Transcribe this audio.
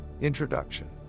Introduction